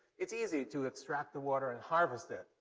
it's easy to extract the water and harvest it.